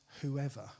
whoever